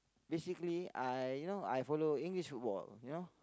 basically I you know I follow English football you know